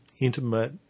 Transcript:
intimate